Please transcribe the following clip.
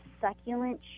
succulent